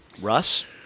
Russ